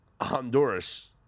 Honduras